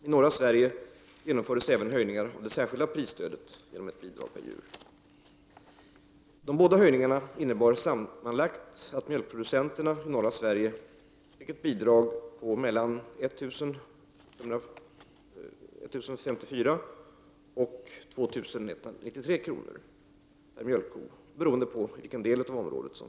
I norra Sverige genomfördes även höjningar av det särskilda prisstödet genom ett bidrag per djur.